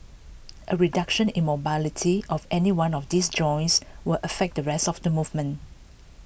A reduction in mobility of any one of these joints will affect the rest of the movement